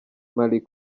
mali